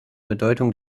bedeutung